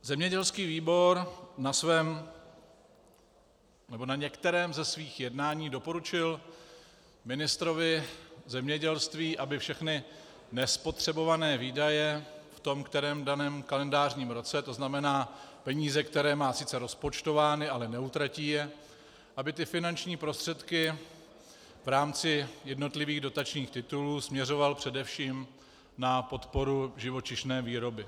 Zemědělský výbor na svém, nebo na některém ze svých jednání doporučil ministrovi zemědělství, aby všechny nespotřebované výdaje v tom kterém daném kalendářním roce, to znamená peníze, které má sice rozpočtovány, ale neutratí je, aby ty finanční prostředky v rámci jednotlivých dotačních titulů směřoval především na podporu živočišné výroby.